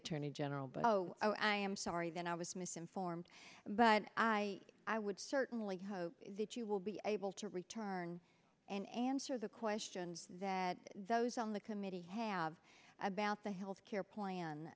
attorney general but i am sorry that i was misinformed but i i would certainly hope that you will be able to return and answer the questions that those on the committee have about the health care